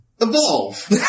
Evolve